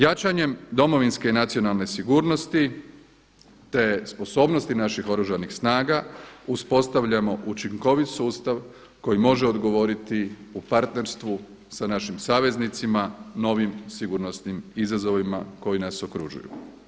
Jačanjem domovinske i nacionalne sigurnosti, te sposobnosti naših Oružanih snaga uspostavljamo učinkovit sustav koji može odgovoriti u partnerstvu sa našim saveznicima novim sigurnosnim izazovima koji nas okružuju.